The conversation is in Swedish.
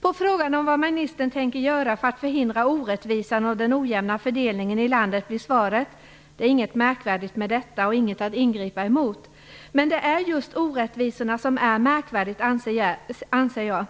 På frågan om vad ministern tänker göra för att förhindra orättvisan och den ojämna fördelningen i landet blir svaret: "Det är inget märkvärdigt med detta och inget som det i sig finns anledning att ingripa mot". Men det är just orättvisorna som jag anser är märkvärdigt.